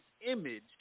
image